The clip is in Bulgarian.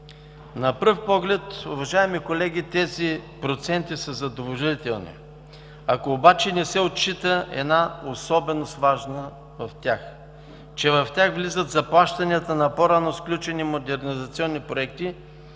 На пръв поглед, уважаеми колеги, тези проценти са задължителни, ако обаче не се отчита важна особеност в тях – в тях влизат заплащанията на по-рано сключени модернизационни проекти